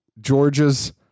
Georgia's